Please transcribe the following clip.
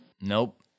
Nope